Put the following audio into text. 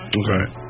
okay